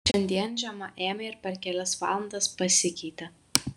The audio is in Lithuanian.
šiandien žiema ėmė ir per kelias valandas pasikeitė